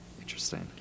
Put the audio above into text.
Interesting